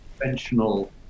conventional